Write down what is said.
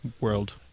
World